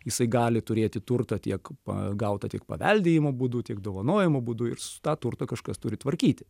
jisai gali turėti turtą tiek pagautą tik paveldėjimo būdu tiek dovanojimo būdu ir tą turtą kažkas turi tvarkyti